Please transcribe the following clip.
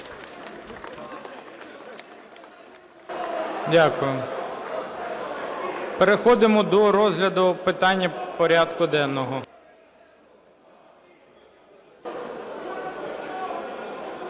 Дякую. Переходимо до розгляду питань порядку денного.